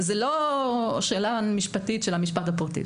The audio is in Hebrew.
זאת לא שאלה משפטית של המשפט הפרטי,